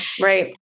right